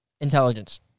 Intelligence